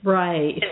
right